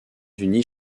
unies